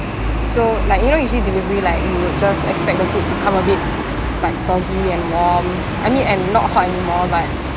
so like you know usually delivery like you would just expect the food to come a bit like soggy and warm I mean and not hot anymore but